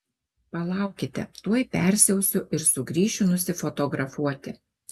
palaukite tuoj persiausiu ir sugrįšiu nusifotografuoti